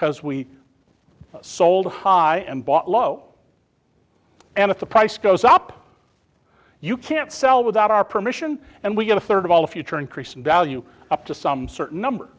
because we sold high and bought low and if the price goes up you can't sell without our permission and we get a third of all the future increase in value up to some certain number